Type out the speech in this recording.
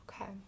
Okay